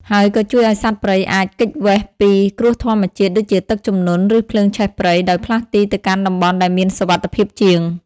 ហើយក៏ជួយឱ្យសត្វព្រៃអាច គេចវេសពីគ្រោះធម្មជាតិ ដូចជាទឹកជំនន់ ឬភ្លើងឆេះព្រៃ ដោយផ្លាស់ទីទៅកាន់តំបន់ដែលមានសុវត្ថិភាពជាង។